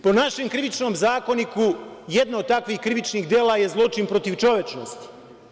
Po našem Krivičnom zakoniku jedno od takvih krivičnih dela je zločin protiv čovečnosti.